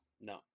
No